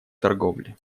торговли